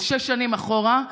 שש שנים אחורה,